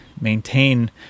maintain